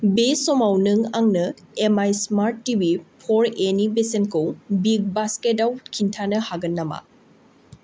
बे समाव नों आंनो एमआइ स्मार्ट टिभि फ'र ए नि बेसेनखौ बिग बास्केटआव खिन्थानो हागोन नामा